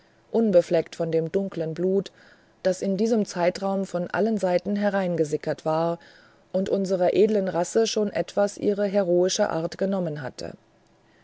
unbefleckt von dem dunklen blut das in diesem zeitraum von allen seiten hereingesickert war und unserer edlen rasse schon etwas ihrer heroischen art genommen hatte